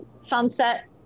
sunset